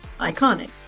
iconic